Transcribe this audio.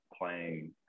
playing